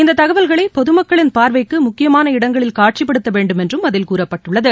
இந்தத் தகவல்கள் பொதுமக்களின் பார்வைக்கு முக்கியமான இடங்களில் காட்சிப்படுத்த வேண்டும் என்றும் அதில் கூறப்பட்டுள்ளது